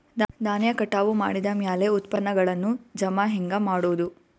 ಧಾನ್ಯ ಕಟಾವು ಮಾಡಿದ ಮ್ಯಾಲೆ ಉತ್ಪನ್ನಗಳನ್ನು ಜಮಾ ಹೆಂಗ ಮಾಡೋದು?